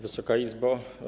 Wysoka Izbo!